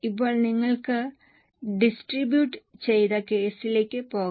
ഇപ്പോൾ നിങ്ങൾക്ക് ഡിസ്ട്രിബൂട് ചെയ്ത കേസിലേക്ക് പോകാം